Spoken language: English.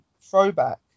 throwback